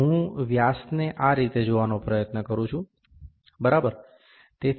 હું વ્યાસને આ રીતે જોવાનો પ્રયત્ન કરું છું બરાબર